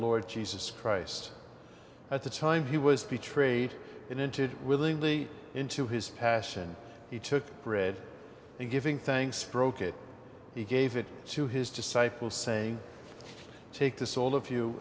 lord jesus christ at the time he was betrayed and entered willingly into his passion he took bread and giving thanks broke it he gave it to his disciples saying take this all of you